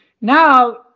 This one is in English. now